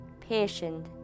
patient